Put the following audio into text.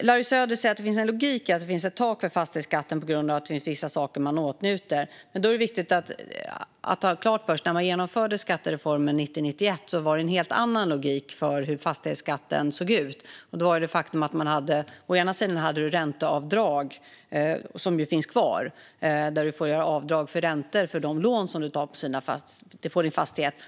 Larry Söder säger att det finns en logik i att det finns ett tak för fastighetsskatten på grund av att det finns vissa saker man åtnjuter. Då är det viktigt att ha klart för sig att när man genomförde skattereformen 1990-1991 var det en helt annan logik för hur fastighetsskatten såg ut. Å ena sidan hade du ränteavdrag, som ju finns kvar, där du får göra avdrag för räntor för de lån du tar på din fastighet.